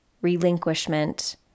relinquishment